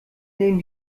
nehmen